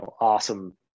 awesome